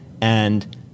And-